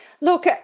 Look